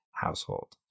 household